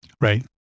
Right